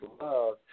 love